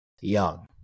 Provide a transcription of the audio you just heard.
Young